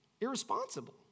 Irresponsible